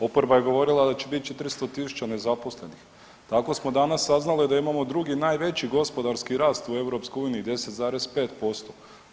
Oporba je govorila da će biti 400 tisuća nezaposlenih, tako smo danas saznali da imamo drugi najveći gospodarski rast u EU, 10,5%